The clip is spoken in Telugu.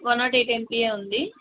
వన్ నాట్ ఎయిట్ ఎంపీయే ఉంది